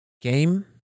game